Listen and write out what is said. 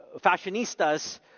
fashionistas